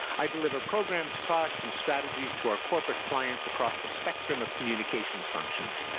i deliver programmes, products, and strategies to our corporate clients across the spectrum of communications functions.